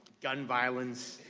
gun violence,